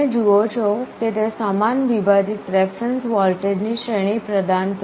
તમે જુઓ છો કે તે સમાન વિભાજિત રેફરેન્સ વોલ્ટેજની શ્રેણી પ્રદાન કરે છે